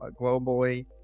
globally